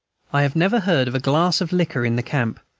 i have never heard of a glass of liquor in the camp,